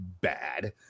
bad